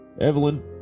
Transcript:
Evelyn